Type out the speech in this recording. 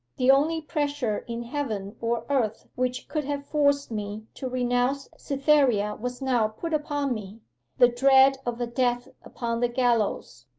the only pressure in heaven or earth which could have forced me to renounce cytherea was now put upon me the dread of a death upon the gallows.